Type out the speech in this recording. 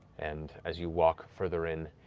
and as you walk further in,